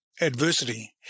adversity